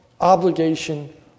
obligation